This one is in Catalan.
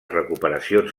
recuperacions